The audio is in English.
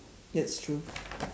that's true